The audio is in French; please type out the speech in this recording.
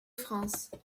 france